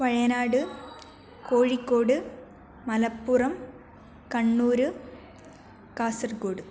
Wayanad Kozhikode Malappuram Kannur Kasaragod